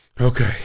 Okay